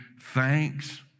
thanks